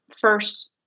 first